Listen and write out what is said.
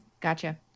Gotcha